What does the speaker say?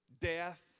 death